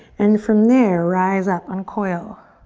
and from there, rise up, uncoil.